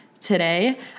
today